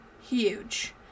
Huge